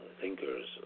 thinkers